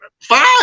fine